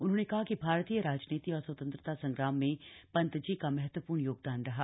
उन्होंने कहा कि भारतीय राजनीति और स्वतंत्रता संग्राम में तजी का महत्व ुर्ण योगदान रहा